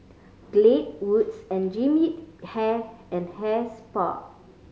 Glade Wood's and Jean Yip Hair and Hair Spa